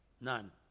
none